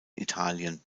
italien